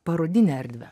parodinę erdvę